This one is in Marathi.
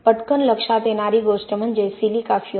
पटकन लक्षात येणारी गोष्ट म्हणजे सिलिका फ्युम